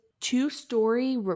two-story –